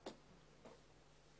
הכנסת